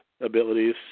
Abilities